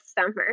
summer